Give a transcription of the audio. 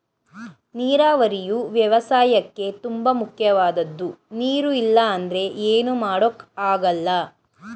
ನೀರಾವರಿಯು ವ್ಯವಸಾಯಕ್ಕೇ ತುಂಬ ಮುಖ್ಯವಾದದ್ದು ನೀರು ಇಲ್ಲ ಅಂದ್ರೆ ಏನು ಮಾಡೋಕ್ ಆಗಲ್ಲ